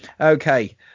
Okay